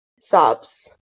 sobs